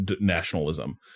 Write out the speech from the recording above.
nationalism